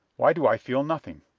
why do i feel nothing.